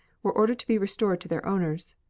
were ordered to be restored to their owners.